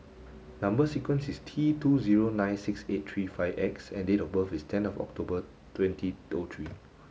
number sequence is T two zero nine six eight three five X and date of birth is ten of October twenty O three